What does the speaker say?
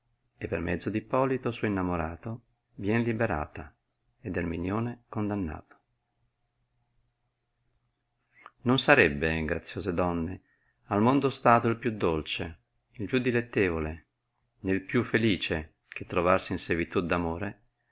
e per mezzo d ippolito suo innamorato vien liberata ed erminione condannato non sarebbe graziose donne al mondo stato il più dolce il più dilettevole nel più felice che trovarsi in servitù